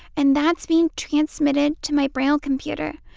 and that's being transmitted to my braille computer.